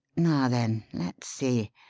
now, then, let's see.